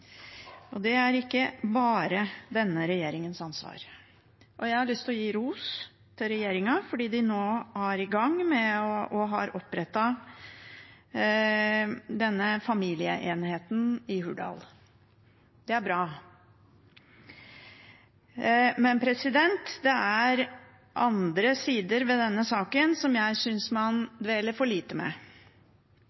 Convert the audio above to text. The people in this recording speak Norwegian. barn. Det er ikke bare denne regjeringens ansvar, og jeg har lyst til å gi regjeringen ros fordi de nå har opprettet familieenheten i Hurdal. Det er bra. Men det er andre sider ved denne saken som jeg synes man